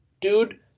dude